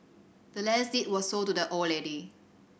the land's deed was sold to the old lady